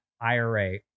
IRA